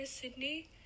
Sydney